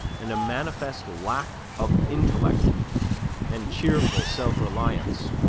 and a manifest lack of intellect and cheerful self-reliance